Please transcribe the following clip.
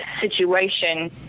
situation